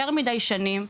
יותר מידיי שנים.